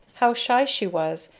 how shy she was,